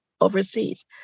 overseas